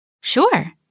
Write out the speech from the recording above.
Sure